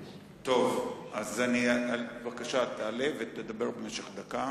טוב, אז בבקשה, תעלה ותדבר במשך דקה.